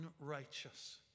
unrighteous